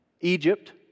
Egypt